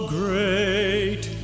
great